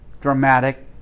dramatic